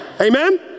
Amen